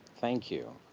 thank you.